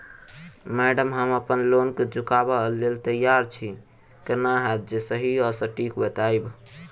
Madam हम अप्पन loan केँ चुकाबऽ लैल तैयार छी केना हएत जे सही आ सटिक बताइब?